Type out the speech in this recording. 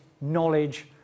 knowledge